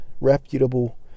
reputable